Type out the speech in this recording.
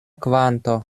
kvanto